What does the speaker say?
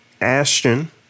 Ashton